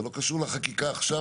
זה לא קשור לחקיקה שלנו,